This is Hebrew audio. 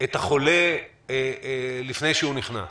את החולה לפני שהוא נכנס.